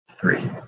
three